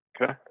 okay